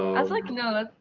i was like, no,